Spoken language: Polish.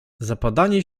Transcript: zapadanie